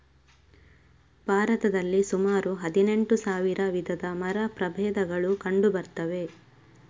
ಭಾರತದಲ್ಲಿ ಸುಮಾರು ಹದಿನೆಂಟು ಸಾವಿರ ವಿಧದ ಮರ ಪ್ರಭೇದಗಳು ಕಂಡು ಬರ್ತವೆ